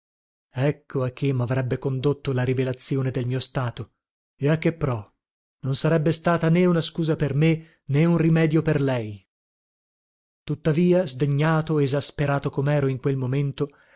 ecco a che mavrebbe condotto la rivelazione del mio stato e a che pro non sarebbe stata né una scusa per me né un rimedio per lei tuttavia sdegnato esasperato comero in quel momento